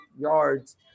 yards